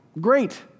great